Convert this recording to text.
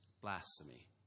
blasphemy